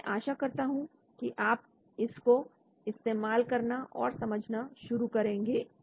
तो मैं आशा करता हूं कि आप इसको इस्तेमाल करना और समझना शुरू करेंगे